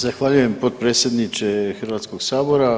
Zahvaljujem potpredsjedniče Hrvatskog sabora.